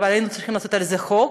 אבל היינו צריכים לעשות על זה חוק,